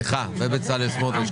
סליחה, ושל בצלאל סמוטריץ'